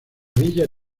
villa